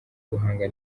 ubuhanga